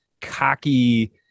cocky